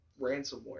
ransomware